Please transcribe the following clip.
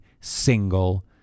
single